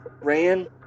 ran